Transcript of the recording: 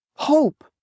Hope